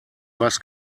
was